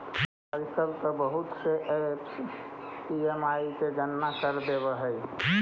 आजकल तो बहुत से ऐपस ई.एम.आई की गणना कर देवअ हई